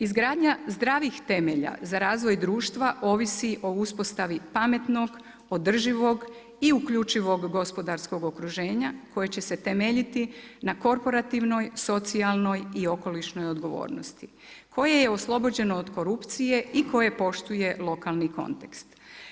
Izgradnji zdravih temelja za razvoj društva ovisi o uspostavi, pametnog, održivog i uključivog gospodarskog okruženja, koje će se temeljiti na korporativnoj, socijalnoj i okolišnoj odgovornosti, koji je oslobođeno od korupcije i koje poštuje lokalni kontekst.